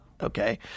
okay